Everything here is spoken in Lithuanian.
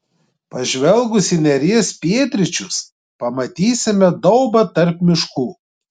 pažvelgus į neries pietryčius pamatysime daubą tarp miškų